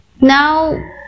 now